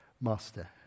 master